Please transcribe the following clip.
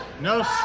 No